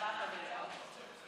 הבטחת הכנסה (תיקון,